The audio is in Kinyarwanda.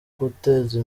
guteza